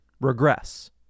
regress